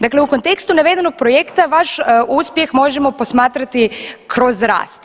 Dakle, u kontekstu navedenog projekta vaš uspjeh možemo posmatrati kroz rast.